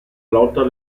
lotta